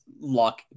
luck